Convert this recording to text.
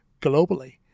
globally